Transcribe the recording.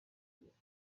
imbuto